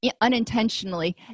unintentionally